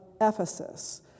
Ephesus